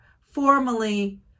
formally